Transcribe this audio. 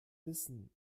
wissen